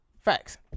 Facts